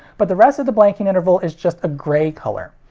but the rest of the blanking interval is just a grey color.